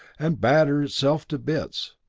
and batter itself to bits,